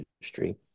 industry